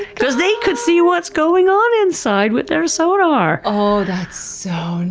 because they could see what's going on inside with their sonar! oh, that's so and